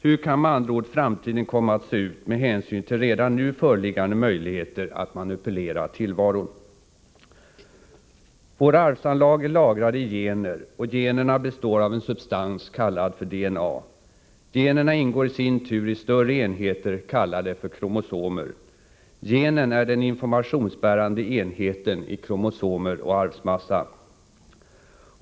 Hur kan med andra ord framtiden komma att se ut med hänsyn till redan nu föreliggande möjligheter att manipulera tillvaron? Våra arvsanlag är lagrade i gener, och generna består av en substans kallad för DNA. Generna ingår i sin tur i större enheter kallade för kromosomer. Genen är den informationsbärande enheten i kromosomer och arvsmassa.